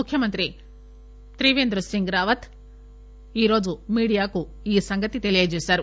ముఖ్యమంత్రి త్రిపేంద్రసింగ్ రావత్ ఈరోజు మీడియాకు ఈ సంగతి తెలియచేశారు